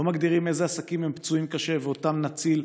לא מגדירים איזה עסקים הם פצועים קשה ואותם נציל,